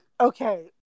okay